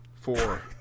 Four